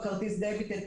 דביט.